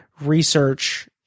research